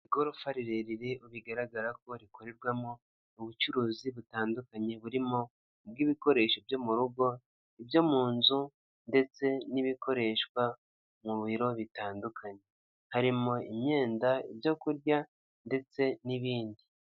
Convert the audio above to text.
Igorofa rirerire bigaragara ko rikorerwamo mo ubucuruzi butandukanye burimo bw'ibikoresho byo mu rugo, ibyo mu nzu, ndetse n'ibikoreshwa mu biro bitandukanye, harimo imyenda, ibyo kurya, ndetse n'ibindi.